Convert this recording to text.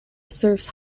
serves